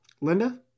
Linda